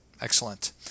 Excellent